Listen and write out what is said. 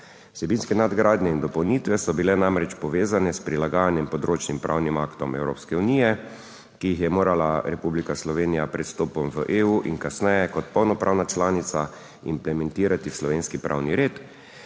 Vsebinske nadgradnje in dopolnitve so bile namreč povezane s prilagajanjem področnim pravnim aktom Evropske unije, ki jih je morala Republika Slovenija pred vstopom v EU in kasneje kot polnopravna članica implementirati v slovenski pravni red.